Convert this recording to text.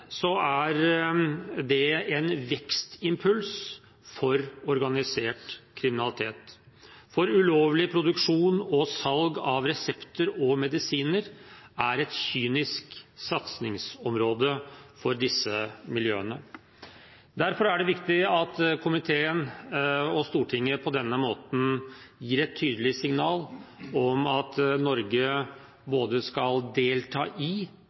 er en vekstimpuls for organisert kriminalitet, for ulovlig produksjon og salg av resepter og medisiner er et kynisk satsingsområde for disse miljøene. Derfor er det viktig at komiteen og Stortinget på denne måten gir et tydelig signal om at Norge skal både delta i